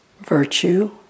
virtue